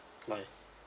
bye